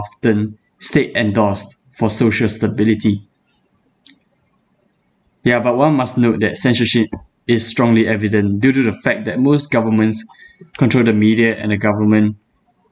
often stayed endorsed for social stability ya but one must note that censorship is strongly evident due to the fact that most governments control the media and the government